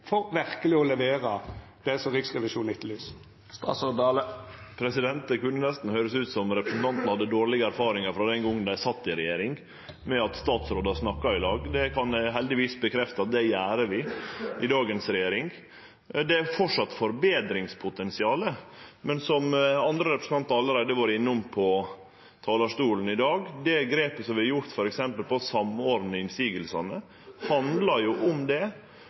for verkeleg å levera det som Riksrevisjonen etterlyser? Det kunne nesten høyrest ut som om representanten hadde dårlege erfaringar – frå den gongen dei satt i regjering – med at statsrådar snakkar i lag. Det kan eg heldigvis bekrefte at det gjer vi i dagens regjering. Det er framleis forbetringspotensial, men som andre representantar allereie har vore innom på talarstolen i dag, handlar det grepet som vi har gjort f.eks. for å samordne innvendingane, om å prøve å få det